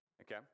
okay